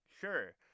Sure